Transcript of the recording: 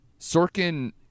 Sorkin